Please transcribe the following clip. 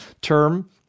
term